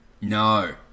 No